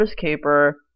Caper